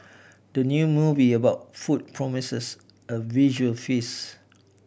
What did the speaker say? the new movie about food promises a visual feast